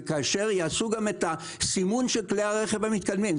וכאשר יעשו גם את הסימון של כלי הרכב המתקדמים,